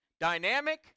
dynamic